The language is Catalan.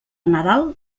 nadal